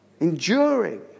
enduring